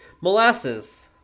Molasses